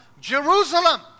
Jerusalem